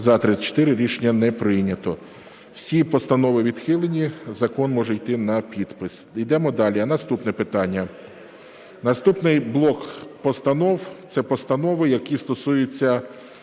За-34 Рішення не прийнято. Всі постанови відхилені. Закон може йти на підпис. Йдемо далі, наступне питання. Наступний блок постанов – це постанови, які стосуються